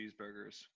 cheeseburgers